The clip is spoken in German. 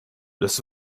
das